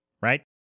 right